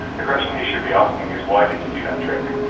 the question you should be asking is, why did you do that trick?